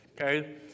Okay